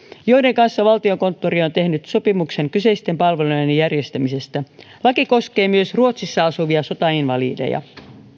joiden kanssa valtiokonttori on tehnyt sopimuksen kyseisten palvelujen järjestämisestä laki koskee myös ruotsissa asuvia sotainvalideja